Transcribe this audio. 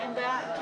מה עם בעד?